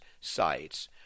sites